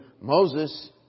Moses